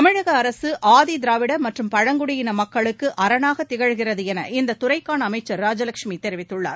தமிழக அரசு ஆதிதிராவிட மற்றும் பழங்குடியின மக்களுக்கு அரணாக திகழ்கிறது என இத்துறைக்கான அமைச்சர் ராஜலெட்சுமி தெரிவித்துள்ளார்